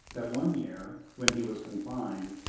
that one year, when he was confined,